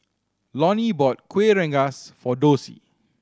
Lonnie bought Kueh Rengas for Dossie